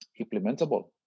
implementable